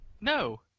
No